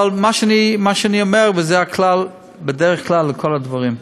אבל מה שאני אומר, וזה בדרך כלל הכלל לכל הדברים,